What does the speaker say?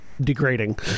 degrading